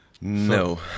No